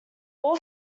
all